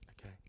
Okay